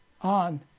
on